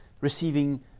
receiving